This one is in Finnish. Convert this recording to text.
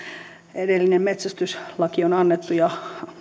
edellinen metsästyslaki on annettu ja